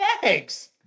Thanks